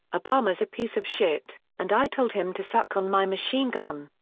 obama's a piece of shit, and i told him to suck on my machine gun.